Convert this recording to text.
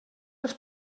els